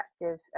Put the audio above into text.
effective